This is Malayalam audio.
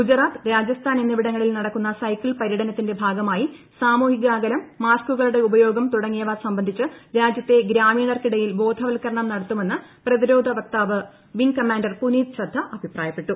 ഗുജറാത്ത് രാജസ്ഥാൻ എന്നിവിടങ്ങളിൽ നടക്കുന്ന സൈക്കിൾ പര്യടനത്തിന്റെ ഭാഗമായി സാമൂഹിക അകലം മാസ്ക്കുകളുടെ ഉപയോഗം തുടങ്ങിയവ സംബന്ധിച്ച് രാജ്യത്തെ ഗ്രാമീണർക്കിടയിൽ ബോധവൽക്കരണം നടത്തുമെന്ന് പ്രതിരോധ വക്താവ് വിംഗ് കമാൻഡർ പുനീത് ചദ്ധ അഭിപ്രായപ്പെട്ടു